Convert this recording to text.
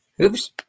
Oops